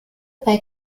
bei